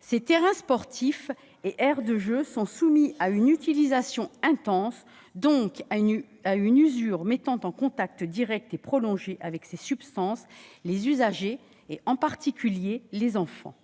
Ces terrains sportifs et aires de jeu sont soumis à une utilisation intense et, donc, à une usure mettant en contact direct et prolongé les usagers, en particulier les enfants,